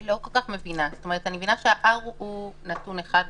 אני מבינה שהמקדם הוא נתון חשוב.